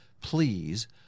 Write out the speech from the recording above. Please